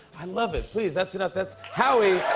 i love it. please, that's enough. that's howie